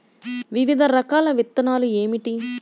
వివిధ రకాల విత్తనాలు ఏమిటి?